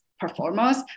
performance